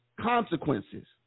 Consequences